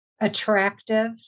attractive